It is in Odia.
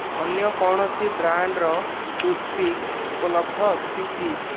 ଅନ୍ୟ କୌଣସି ବ୍ରାଣ୍ଡର ଟୁଥ୍ ପିକ୍ ଉପଲବ୍ଧ ଅଛି କି